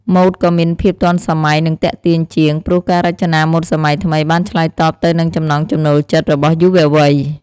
ម៉ូដក៏មានភាពទាន់សម័យ និងទាក់ទាញជាង ព្រោះការរចនាម៉ូដសម័យថ្មីបានឆ្លើយតបទៅនឹងចំណង់ចំណូលចិត្តរបស់យុវវ័យ។